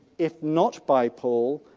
if not by paul,